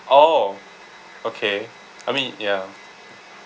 oh okay I mean ya